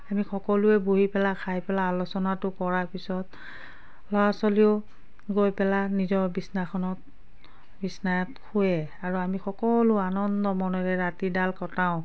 আমি সকলোৱে বহি পেলাই খাই পেলাই আলোচনাটো কৰাৰ পিছত ল'ৰা ছোৱালীও গৈ পেলাই নিজৰ বিচনাখনত বিচনাত শুৱে আৰু আমি সকলো আনন্দ মনেৰে ৰাতিডাল কটাওঁ